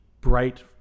bright